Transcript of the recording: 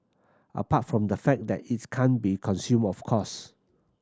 apart from the fact that it can't be consumed of course